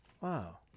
Wow